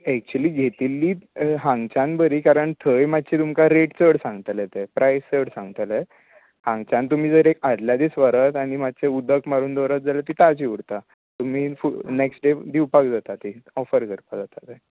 actually घेतिल्ली हांगाच्यान बरी कारण थंय मातशी तुमकां रेट चड सांगतले ते प्रायस चड सांगतले हांगच्यान तुमी जर एक आदल्या दीस व्हरत आनी मातशें उदक मारून दवरत जाल्यार ती ताजीं उरता तुमी फूल नेक्स्ट डे दिवपाक जाता ती ऑफर करपाक जाता